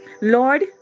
lord